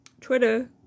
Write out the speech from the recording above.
Twitter